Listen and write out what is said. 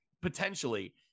potentially